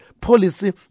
policy